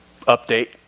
update